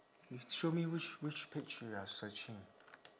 show me which which page you are searching